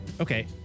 Okay